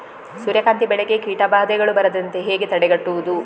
ಸೂರ್ಯಕಾಂತಿ ಬೆಳೆಗೆ ಕೀಟಬಾಧೆಗಳು ಬಾರದಂತೆ ಹೇಗೆ ತಡೆಗಟ್ಟುವುದು?